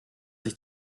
sich